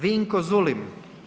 Vinko Zulim.